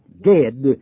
dead